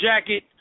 Jacket